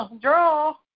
draw